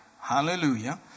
Hallelujah